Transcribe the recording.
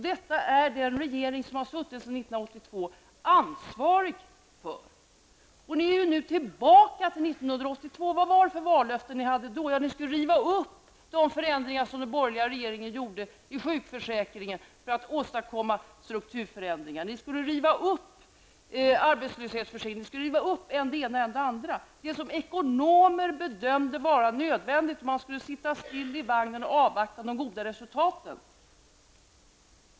Detta är den regering som suttit sedan 1982 ansvarig för. Nu är ni ju tillbaka till 1982. Vilka vallöften var det ni hade då? Jo, ni skulle riva upp de beslut om förändringar i sjukförsäkringen som den borgerliga regeringen fattat för att åstadkomma strukturförändringar. Ni skulle även riva upp beslutet om arbetslöshetsförsäkringen osv. Dessa beslut gällde åtgärder som ekonomer bedömde som nödvändiga: Man skulle sitta still i vagnen och avvakta de goda resultaten.